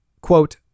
Quote